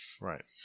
Right